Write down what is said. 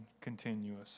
continuous